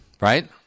Right